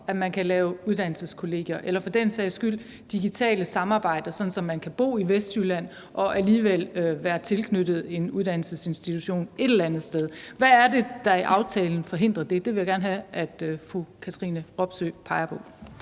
at man kan lave uddannelseskollegier eller for den sags skyld digitalt samarbejde, sådan at man kan bo i Vestjylland, men alligevel være tilknyttet en uddannelsesinstitution et eller andet sted? Hvad er det, der i aftalen forhindrer det? Det vil jeg gerne have fru Katrine Robsøe peger på.